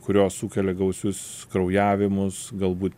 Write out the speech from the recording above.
kurios sukelia gausius kraujavimus galbū